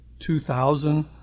2000